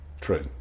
True